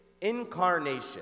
incarnation